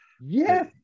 yes